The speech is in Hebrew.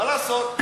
מה לעשות.